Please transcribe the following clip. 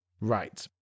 Right